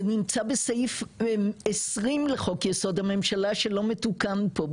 זה נמצא בסעיף 20 לחוק יסוד הממשלה שלא מתוקן פה בתיקון,